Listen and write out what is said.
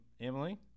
Emily